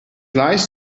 gleich